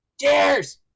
Cheers